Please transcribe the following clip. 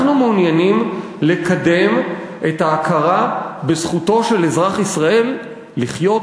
אנחנו מעוניינים לקדם את ההכרה בזכותו של אזרח ישראל לחיות